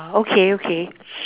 okay okay